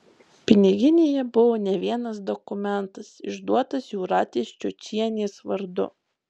piniginėje buvo ne vienas dokumentas išduotas jūratės čiočienės vardu